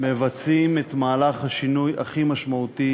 מבצעים את מהלך השינוי הכי משמעותי